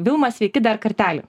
vilma sveiki dar kartelį